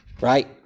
right